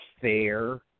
fair